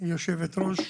יו"ר